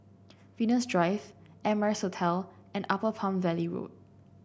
Venus Drive Amrise Hotel and Upper Palm Valley Road